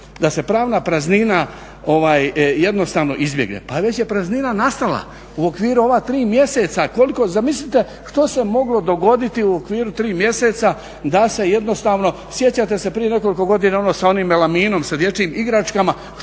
da se pravna praznina jednostavno izbjegne. Pa već je praznina nastala u okviru ova tri mjeseca koliko, zamislite što se moglo dogoditi u okviru tri mjeseca da se jednostavno, sjećate se prije nekoliko godina ono sa onim melaninom sa dječjim igračkama,